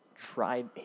tried